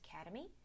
Academy